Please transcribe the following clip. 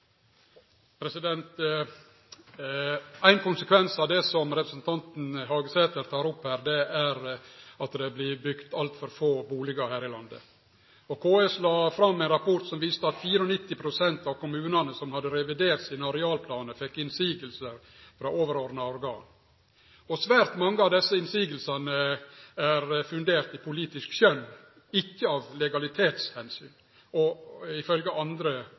bygt altfor få bustader her i landet. KS la fram ein rapport som viste at 94 pst. av dei kommunane som hadde revidert sine arealplanar, fekk innseiingar frå overordna organ. Svært mange av desse innseiingane er funderte på politisk skjønn – ikkje på legalitetsomsyn og andre